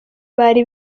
bari